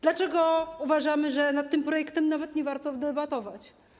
Dlaczego uważamy, że nad tym projektem nawet nie warto debatować.